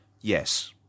Yes